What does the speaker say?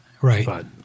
Right